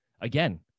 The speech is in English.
again